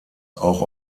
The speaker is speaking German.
auch